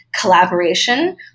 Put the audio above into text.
collaboration